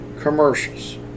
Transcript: commercials